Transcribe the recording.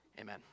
amen